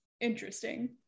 interesting